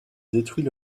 détruit